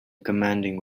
commanding